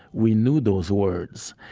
we knew those words.